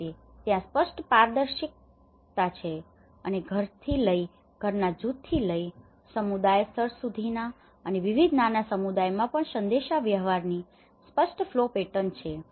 તે રીતે ત્યાં સ્પષ્ટ પારદર્શિતા છે અને ઘરથી લઈને ઘરના જૂથથી લઈને સમુદાય સ્તર સુધીના અને વિવિધ નાના સમુદાયોમાં પણ સંદેશાવ્યવહારની સ્પષ્ટ ફલો પેટર્ન છે